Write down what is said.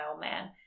man